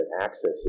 access